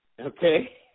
okay